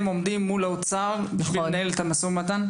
עומדים מול האוצר כדי לנהל את המשא ומתן.